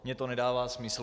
Mně to nedává smysl.